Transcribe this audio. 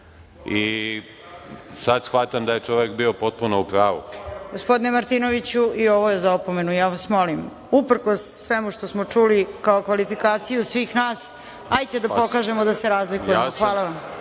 I sada shvatam da je čovek bio potpuno u pravu. **Snežana Paunović** Gospodine, Martinoviću i ovo je za opomenu. Ja vas molim, uprkos svemu što smo čuli kao kvalifikaciju svih nas, hajde da pokažemo da se razlikujemo. Hvala vam.